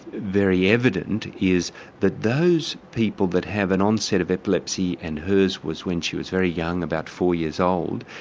very evident is that those people that have an onset of epilepsy and hers was when she was very young, about four years old,